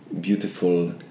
beautiful